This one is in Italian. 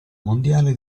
mondiale